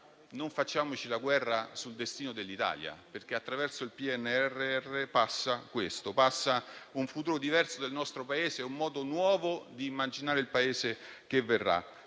Non facciamoci però la guerra sul destino dell'Italia, perché, attraverso il PNRR, passa questo, passa un futuro diverso del nostro Paese, un modo nuovo di immaginare il Paese che verrà.